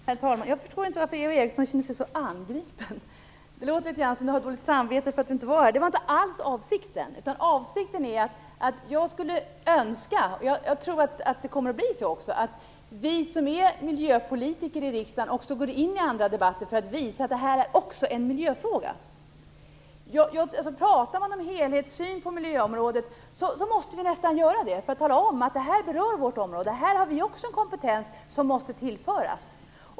Herr talman! Jag förstår inte varför Eva Eriksson känner sig så angripen. Det låter litet grand som om hon hade dåligt samvete för att hon inte var här. Det var inte alls avsikten. Det jag avsåg var att föra fram min önskan, och jag tror att det kommer att bli så, att vi som är miljöpolitiker i riksdagen också går in i andra debatter för att visa att det också är en miljöfråga. Pratar man om helhetssyn på miljöområdet måste vi nästan göra det för att tala om att det här berör vårt område. Här har vi också en kompetens som måste tillföras.